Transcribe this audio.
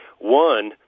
one